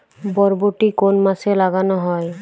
বরবটি কোন মাসে লাগানো হয়?